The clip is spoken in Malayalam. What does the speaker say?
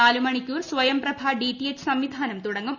നാല് മണിക്കൂർ സ്വയംപ്രഭാ ഡ്ടിടിഎച്ച് സംവിധാനം തുടങ്ങും